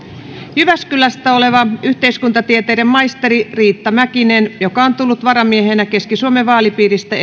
jyväskylästä oleva yhteiskuntatieteiden maisteri riitta mäkinen joka on tullut varamiehenä keski suomen vaalipiiristä